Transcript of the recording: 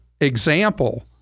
example